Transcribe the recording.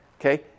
Okay